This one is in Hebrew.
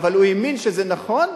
אבל הוא האמין שזה נכון,